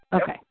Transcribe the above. Okay